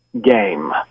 game